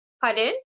Pardon